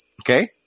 Okay